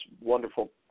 wonderful